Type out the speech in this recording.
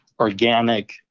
Organic